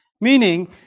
Meaning